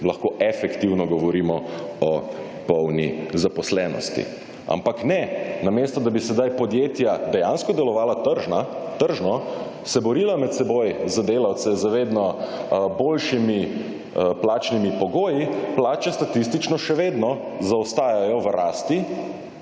lahko efektivno govorimo o polni zaposlenosti. Ampak ne, namesto da bi sedaj podjetja dejansko delovala tržno, se borila med seboj za delavce z vedno boljšimi plačnimi pogoji, plače statistično še vedno zaostajajo v rasti